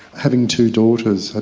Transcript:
having two daughters, ah